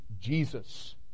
Jesus